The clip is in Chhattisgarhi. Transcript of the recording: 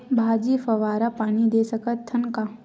भाजी फवारा पानी दे सकथन का?